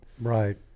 Right